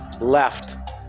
left